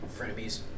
frenemies